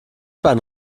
bahn